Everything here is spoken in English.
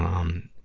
um,